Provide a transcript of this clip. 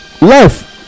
Life